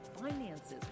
finances